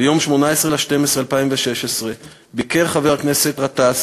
ביום 18 בדצמבר 2016 ביקר חבר הכנסת גטאס